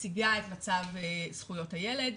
מציגה את מצב זכויות הילד,